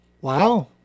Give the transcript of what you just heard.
Wow